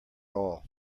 all